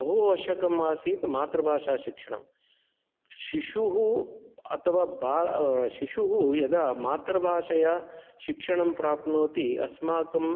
बहु आवश्यकमासीत् मातृभाषा शिक्षणम् शिशुः अथवा बा शिशुः यदा मातृभाषया शिक्षणं प्राप्नोति अस्माकं